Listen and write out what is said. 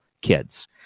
kids